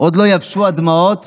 עוד לא יבשו הדמעות